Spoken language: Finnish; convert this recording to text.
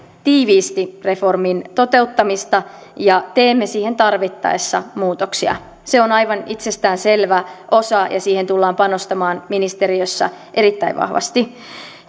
tiiviisti reformin toteuttamista ja teemme siihen tarvittaessa muutoksia se on aivan itsestään selvä osa ja siihen tullaan panostamaan ministeriössä erittäin vahvasti